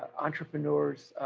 entrepreneurs,